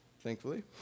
thankfully